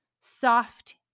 soft